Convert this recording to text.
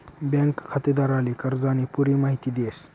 bank खातेदारले कर्जानी पुरी माहिती देस